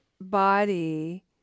body